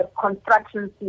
construction